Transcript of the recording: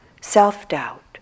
self-doubt